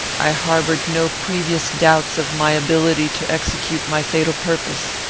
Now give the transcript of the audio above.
i harboured no previous doubts of my ability to execute my fatal purpose.